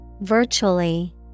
virtually